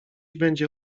będzie